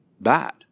bad